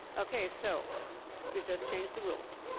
okay. so we've just changed the rules.